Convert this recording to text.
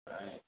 Right